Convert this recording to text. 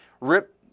rip